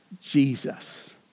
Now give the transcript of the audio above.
Jesus